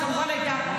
שכמובן הייתה,